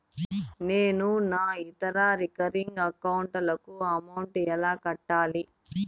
నేను నా ఇతర రికరింగ్ అకౌంట్ లకు అమౌంట్ ఎలా కట్టాలి?